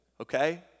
okay